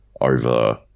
over